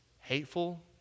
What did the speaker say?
hateful